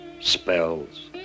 spells